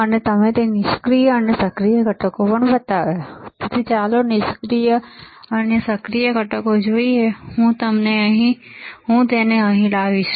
અને મેં તમને નિષ્ક્રિય અને સક્રિય ઘટકો પણ બતાવ્યા તેથી ચાલો નિષ્ક્રિય અને સક્રિય ઘટકો જોઈએ હું તેને અહીં લાવીશ